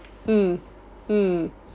mm mm